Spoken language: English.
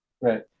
Right